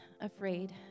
afraid